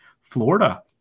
Florida